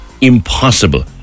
impossible